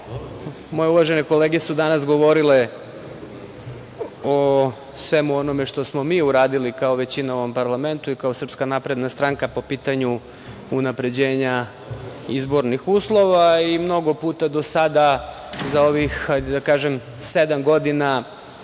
moje uvažene kolege su danas govorile o svemu onome što smo mi uradili kao većina u ovom parlamentu i kao SNS po pitanju unapređenja izbornih uslova i mnogo puta do sada, za ovih, hajde da